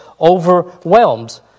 overwhelmed